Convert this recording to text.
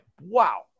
wow